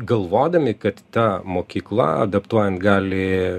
galvodami kad ta mokykla adaptuojant gali